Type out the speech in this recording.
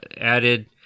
added